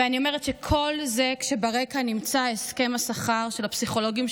ואני אומרת את כל זה כשברקע נמצא הסכם השכר של הפסיכולוגים,